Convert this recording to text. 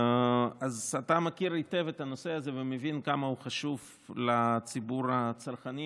אז אתה מכיר היטב את הנושא הזה ומבין כמה הוא חשוב לציבור הצרכנים,